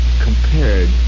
compared